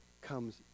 comes